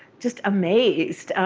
just amazed.